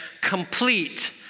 complete